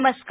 नमस्कार